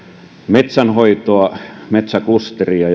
metsänhoitoa metsäklusteria